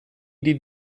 die